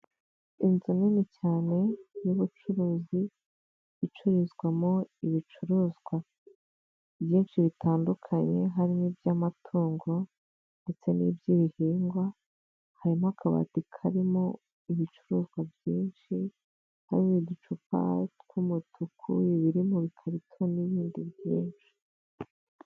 Inzu nini cyane y'ubucuruzi icurizwamo ibicuruzwa byinshi bitandukanye harimo'iby'amatungo ndetse n'iby'ibihingwa, harimo akabati karimo ibicuruzwa byinshi hari n'uducupa tw'umutuku, ibiri mu bikarito n'ibindi byinshi.